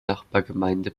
nachbargemeinde